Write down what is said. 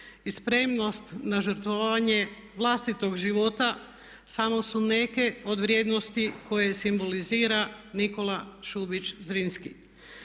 i spremnost na žrtvovanje vlastitog života samo su neke od vrijednosti koje simbolizira Nikola Šubić Zrinski.